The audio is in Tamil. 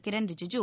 கிரண் ரிஜிஜு